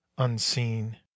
Unseen